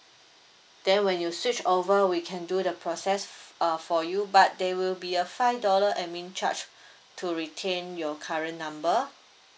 then when you switch over we can do the process uh for you but there will be a five dollar administration charge to retain your current number